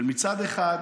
שמצד אחד